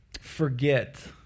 forget